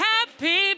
Happy